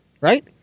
right